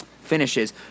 finishes